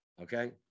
Okay